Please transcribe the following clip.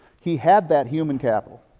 he had that human capital.